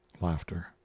Laughter